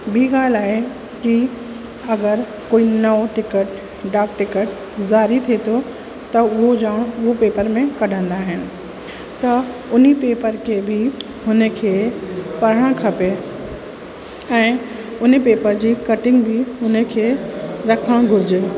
ॿीं ॻाल्हि आहे कि अगर कोई नओं टिकट डाक टिकट ज़ारी थिए थो त उहो ॼण उहा पेपर में कढंदा आहिनि त हुन पेपर खे बि हुनखे पढ़ण खपे ऐं हुन पेपर जी कटिंग बि हुनखे रखणु घुरिजे